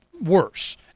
worse